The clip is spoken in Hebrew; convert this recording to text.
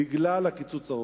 בגלל הקיצוץ הרוחבי.